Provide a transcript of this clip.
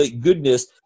goodness